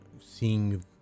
seeing